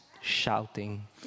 shouting